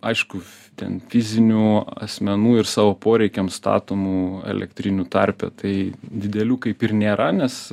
aišku ten fizinių asmenų ir savo poreikiam statomų elektrinių tarpe tai didelių kaip ir nėra nes